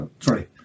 Sorry